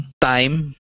time